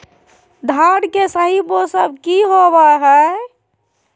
धान के सही मौसम की होवय हैय?